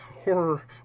horror